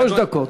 שלוש דקות.